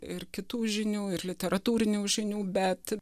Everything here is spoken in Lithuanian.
ir kitų žinių ir literatūrinių žinių bet